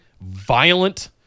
violent